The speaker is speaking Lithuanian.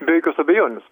be jokios abejonės